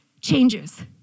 changes